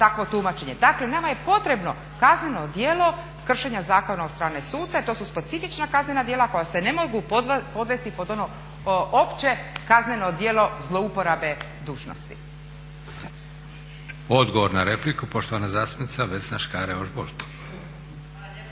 Dakle nama je potrebno kazneno djelo kršenja zakona od strane suca i to su specifična kaznena djela koja se ne mogu podvesti pod ono opće kazneno djelo zlouporabe dužnosti. **Leko, Josip (SDP)** Odgovor na repliku poštovana zastupnica Vesna Škare-Ožbolt.